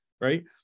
Right